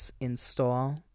install